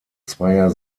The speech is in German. zweier